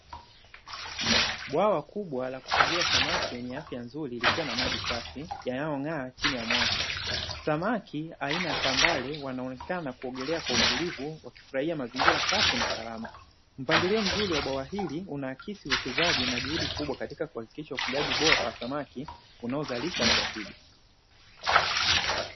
Bwawa kubwa la kufugia samaki wenye afya nzuri likiwa na maji safi yanayong'aa chini ya mwanga samaki aina kambale wanaonekana kuogelea kwa utulivu wa kufurahia mazingira safi na salama mpangilio mzuri wa bwawa hili una akisi uwekezaji na juhudi kubwa katika kuhakikisha ufugaji bora wa samaki unaozalisha kwa tija.